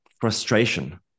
frustration